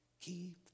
keep